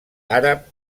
àrab